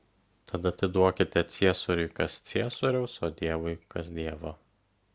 tad atiduokite ciesoriui kas ciesoriaus o dievui kas dievo